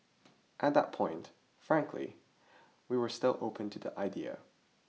at that point frankly we were still open to the idea